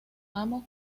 amos